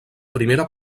primera